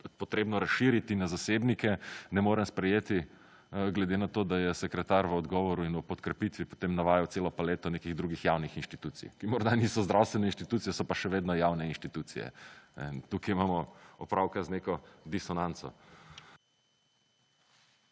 potrebno razširiti na zasebnike ne morem sprejeti glede na to, da je sekretar v odgovoru in podkrepitvi, potem navajal celo paleto nekih drugih javnih institucij, ki morda niso zdravstvene institucije so pa še vedno javne institucije. Tukaj imamo opravka z neko disonanco.